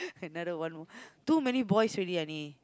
another one more too many boys already